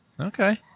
Okay